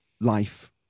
life